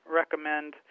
recommend